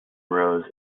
rose